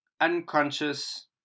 unconscious